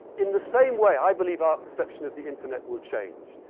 in the same way, i believe our perception of the internet will change.